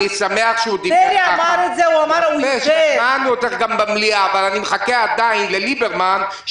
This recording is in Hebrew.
אני שמח שהוא דיבר ככה אבל אני מחכה עדיין לליברמן,